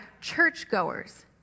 churchgoers